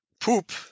poop